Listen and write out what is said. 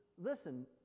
listen